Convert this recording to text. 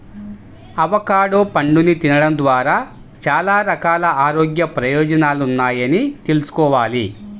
avocado పండుని తినడం ద్వారా చాలా రకాల ఆరోగ్య ప్రయోజనాలున్నాయని తెల్సుకోవాలి